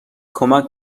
کمک